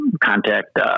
Contact